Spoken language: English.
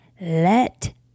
Let